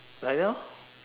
like that lor